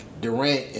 Durant